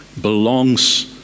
belongs